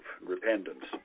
repentance